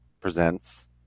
presents